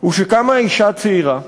הוא שקמה אישה צעירה,